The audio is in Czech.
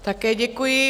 Také děkuji.